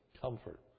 comfort